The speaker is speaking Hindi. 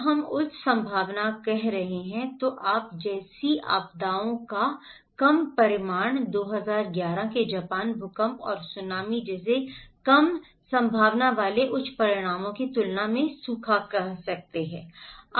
जब हम उच्च संभावना कह रहे हैं तो आप जैसी आपदाओं का कम परिणाम 2011 के जापान भूकंप और सुनामी जैसे कम संभावना वाले उच्च परिणामों की तुलना में सूखा कह सकते हैं